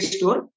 Store